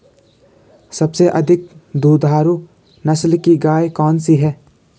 सबसे अधिक दुधारू नस्ल की गाय कौन सी है?